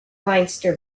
leinster